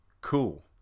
cool